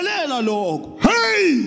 Hey